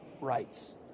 rights